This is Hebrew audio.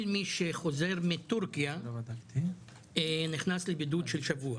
מי שחוזר מטורקיה נכנס לבידוד של שבוע.